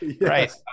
Right